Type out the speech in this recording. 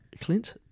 Clint